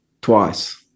twice